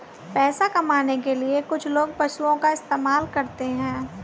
पैसा कमाने के लिए कुछ लोग पशुओं का इस्तेमाल करते हैं